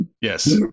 Yes